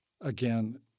again